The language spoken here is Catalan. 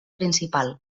principal